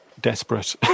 desperate